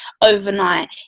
overnight